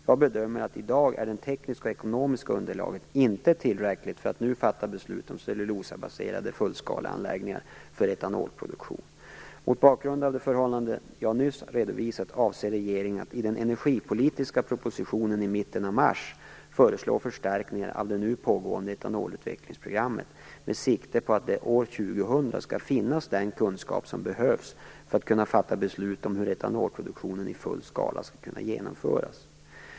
Jag bedömer att det tekniska och ekonomiska underlaget i dag inte är tillräckligt för att beslut skall kunna fattas om cellulosabaserade fullskaleanläggningar för etanolproduktion. Mot bakgrund av de förhållanden jag nyss har redovisat avser regeringen att i den energipolitiska propositionen i mitten av mars föreslå förstärkningar av det nu pågående etanolutvecklingsprogrammet med sikte på att vi år 2000 skall ha den kunskap som behövs för att beslut skall kunna fattas om hur etanolproduktion i full skala skall kunna genomföras.